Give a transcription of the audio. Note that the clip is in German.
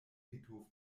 friedhof